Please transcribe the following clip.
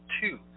two